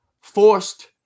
forced